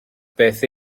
beth